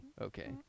Okay